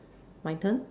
my turn